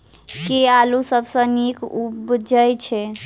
केँ आलु सबसँ नीक उबजय छै?